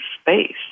space